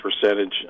percentage